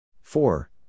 four